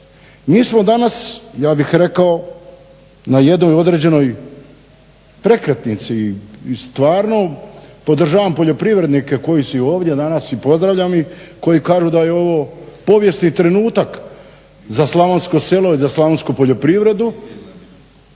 Mi smo danas ja bih rekao na jednoj određenoj prekretnici i stvarno podržavam poljoprivrednike koji su i ovdje danas i pozdravljam ih koji kažu da je ovo povijesni trenutak za slavonsko selo i za slavonsku poljoprivredu.